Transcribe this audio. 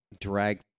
drag